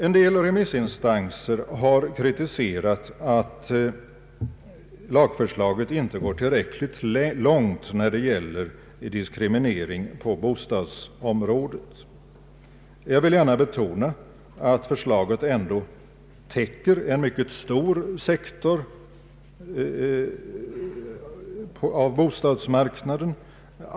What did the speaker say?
En del remissinstanser har kritiserat att lagförslaget inte går tillräckligt långt när det gäller diskriminering på bostadsområdet. Jag vill gärna betona att förslaget ändå täcker en mycket stor sektor av bostadsmarknaden.